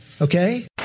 Okay